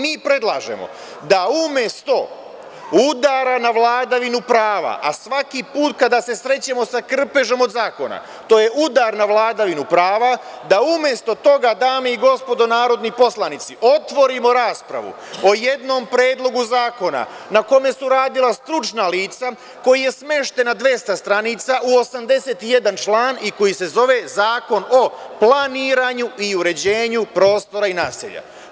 Mi predlažemo da umesto udara na vladavinu prava, a svaki put kada se srećemo sa krpežom od zakona to je udar na vladinu prava, da umesto toga, dame i gospodo narodni poslanici, otvorimo raspravu o jednom predlogu zakona na kome su radila stručna lica, koji je smešten na 200 stranica u 81 član i koji se zove zakon o planiranju i uređenju prostora i naselja.